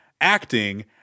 acting